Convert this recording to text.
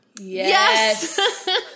Yes